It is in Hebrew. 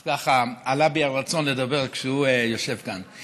אז ככה עלה בי הרצון לדבר כשהוא יושב כאן.